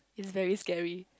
is very scary